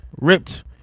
ripped